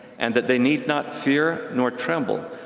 and that they need not fear nor tremble.